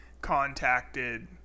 contacted